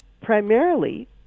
primarily